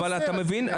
אבל אתה מבין,